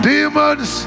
Demons